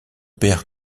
père